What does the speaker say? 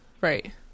Right